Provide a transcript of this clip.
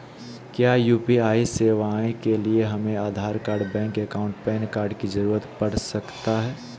क्या यू.पी.आई सेवाएं के लिए हमें Aadhaar card bank account PAN card की जरूरत पड़ सकता है?